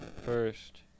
First